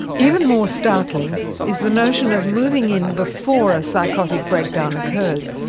even more startling is the notion of moving in before a psychotic breakdown occurs,